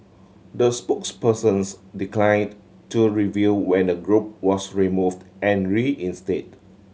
the spokespersons declined to reveal when the group was removed and reinstated